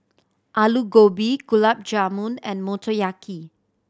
Alu Gobi Gulab Jamun and Motoyaki